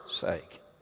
sake